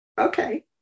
Okay